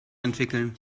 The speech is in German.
entwickeln